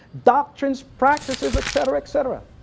doctrines, practices, et cetera, et cetera?